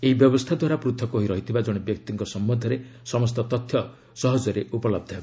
ଏହି ବ୍ୟବସ୍ଥା ଦ୍ୱାରା ପୂଥକ ହୋଇ ରହିଥିବା ଜଣେ ବ୍ୟକ୍ତିଙ୍କ ସମ୍ଭନ୍ଧରେ ସମସ୍ତ ତଥ୍ୟ ସହଜରେ ଉପଲହ୍ଧ ହେବ